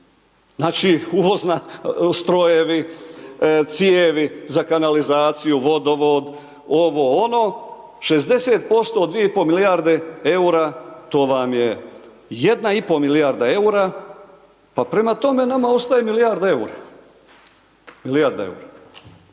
Znači, uvozna, strojevi, cijevi za kanalizaciju, vodovod, ovo ono, 60% od 2,5 milijarde EUR-a, to vam je 1,5 milijarda EUR-a, pa prema tome nama ostaje milijarda EUR-a.